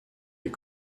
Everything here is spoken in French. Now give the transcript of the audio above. est